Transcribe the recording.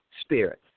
spirit